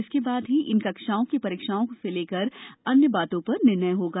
इसके बाद ही इन कक्षाओं की परीक्षाओं से लेकर अन्य बातों पर निर्णय होगा